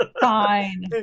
fine